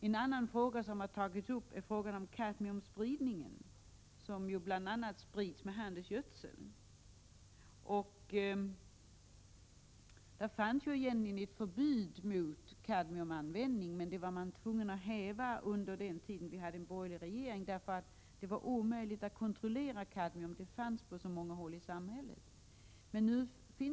En annan fråga som tagits upp gäller spridningen av kadmium, bl.a. på grund av att kadmium används i handelsgödsel. Det fanns tidigare ett förbud mot kadmiumanvändningen, men detta hävdes under den borgerliga regeringens tid. Användningen av kadmium var nämligen på grund av dess allmänna förekomst i samhället omöjlig att kontrollera.